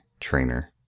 trainer